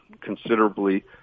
considerably